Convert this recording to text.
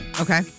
Okay